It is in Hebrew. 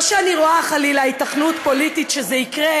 לא שאני רואה, חלילה, היתכנות פוליטית שזה יקרה,